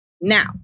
Now